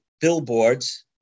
billboards